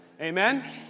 Amen